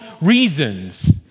reasons